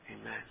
Amen